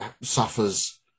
suffers